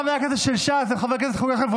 חברי הכנסת של ש"ס הם חברי כנסת חברתיים,